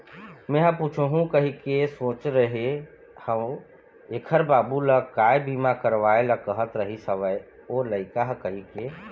मेंहा पूछहूँ कहिके सोचे रेहे हव ऐखर बाबू ल काय बीमा करवाय ल कहत रिहिस हवय ओ लइका ह कहिके